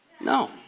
No